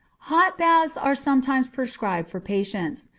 hot baths are sometimes prescribed for patients.